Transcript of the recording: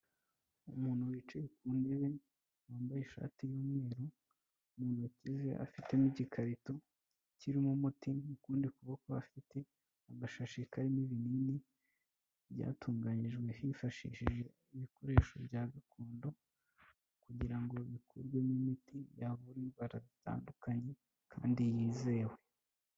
Umuntu wicaye ku ntebe wambaye ishati y'umweru mu ntoki ze afitemo igikarito kirimo umuti mukundi kuboko afite agashashi karimo ibinini byatunganyijwe hifashishijejwe ibikoresho bya gakondo kugira ngo bikorwemo imiti yavura indwara zitandukanye kandi yizewe.